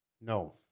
No